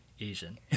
Asian